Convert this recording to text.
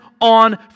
on